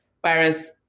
Whereas